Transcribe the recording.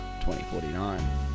2049